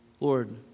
Lord